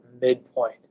midpoint